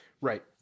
Right